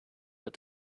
but